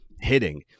hitting